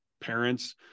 parents